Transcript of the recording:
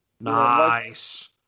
Nice